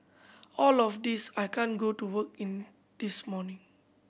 all of this I can't go to work in this morning